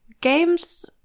games